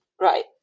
Right